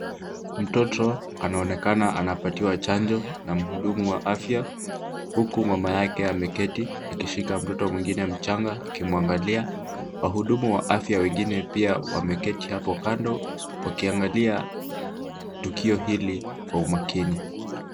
Mtoto anaoenakana anapatiwa chanjo na mhudumu wa afya huku mama yake ameketi akishika mtoto mwingine mchanga akimwangalia. Wahudumu wa afya wengine pia wameketi hapo kando wakiangalia tukio hili kwa umakini.